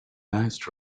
last